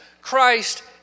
Christ